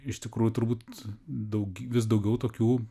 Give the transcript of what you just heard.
iš tikrųjų turbūt daug vis daugiau tokių